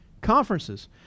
conferences